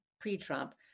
pre-Trump